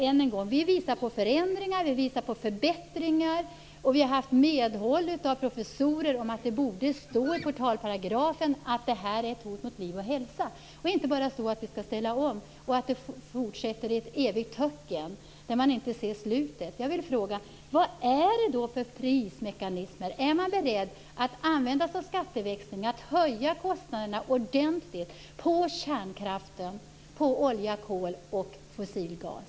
Vi visar på förändringar, vi visar på förbättringar och vi har haft medhåll av professorer om att det borde stå i portalparagrafen att det här är ett hot mot liv och hälsa. Där skall inte bara stå att vi skall ställa om, något som fortsätter i ett evigt töcken där man inte ser slutet. Jag vill fråga: Vilka prismekanismer är det fråga om? Är man beredd att använda sig av skatteväxling, att höja kostnaderna ordentligt på kärnkraft, olja, kol och fossil gas?